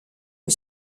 est